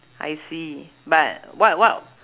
I see but what what